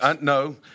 No